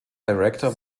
director